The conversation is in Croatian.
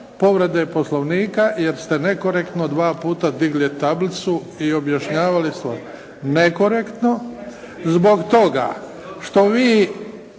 povrede Poslovnika, jer ste nekorektno dva puta digli tablicu i objašnjavali svoje. Nekorektno zbog toga što